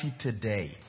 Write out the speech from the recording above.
today